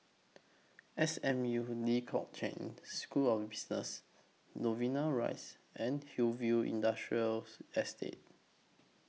S M U Lee Kong Chian School of Business Novena Rise and Hillview Industrials Estate